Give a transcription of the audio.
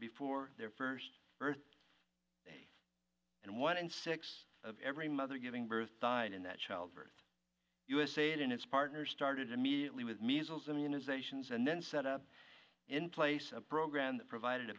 before their first earth day and one in six of every mother giving birth died in that childbirth usa and its partners started immediately with measles immunizations and then set up in place abroad grand provided a